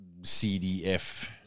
CDF